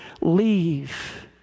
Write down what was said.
leave